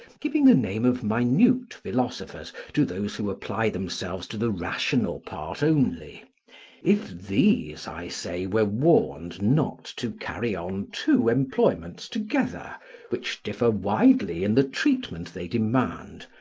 giving the name of minute philosophers to those who apply themselves to the rational part only if these, i say, were warned not to carry on two employments together which differ widely in the treatment they demand,